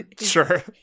Sure